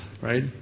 Right